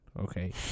okay